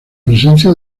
presencia